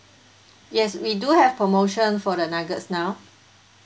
yes we do have promotion for the nuggets now